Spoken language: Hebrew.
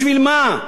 בשביל מה?